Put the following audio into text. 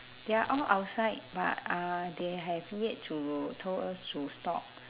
they're all outside but uh they have yet to told us to stop